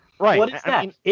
Right